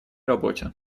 работе